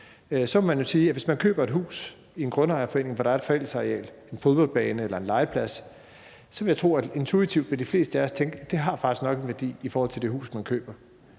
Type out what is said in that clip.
må man jo sige, at hvis man køber et hus i en grundejerforening, hvor der er et fællesareal – en fodboldbane eller en legeplads – så vil jeg tro, at intuitivt vil de fleste af os tænke, at det faktisk nok har en værdi i forhold til det hus, man køber,